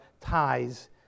ties